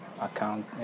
account